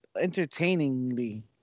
entertainingly